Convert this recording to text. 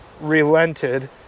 relented